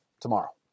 tomorrow